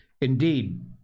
Indeed